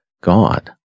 God